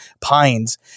pines